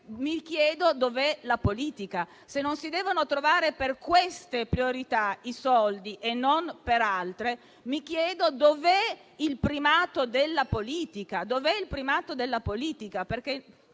mi chiedo dove sia la politica. Se non si devono trovare per queste priorità i soldi e non per altre, mi chiedo dove sia il primato della politica.